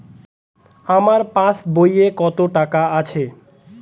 আমার পাস বইয়ে কত টাকা আছে?